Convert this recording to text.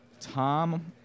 Tom